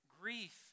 Grief